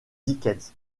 dickens